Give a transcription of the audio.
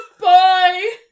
bye